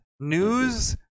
news